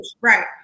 Right